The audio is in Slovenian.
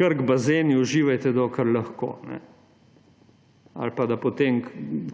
»Krk bazeni, uživajte, dokler lahko«. Ali pa,